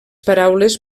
paraules